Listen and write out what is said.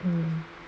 um